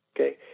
Okay